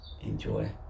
enjoy